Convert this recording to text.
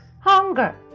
hunger